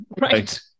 Right